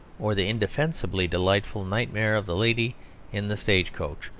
or the indefensibly delightful nightmare of the lady in the stage-coach,